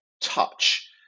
touch